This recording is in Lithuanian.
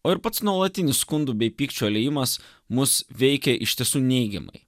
o ir pats nuolatinis skundų bei pykčio liejimas mus veikia iš tiesų neigiamai